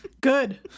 Good